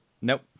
Nope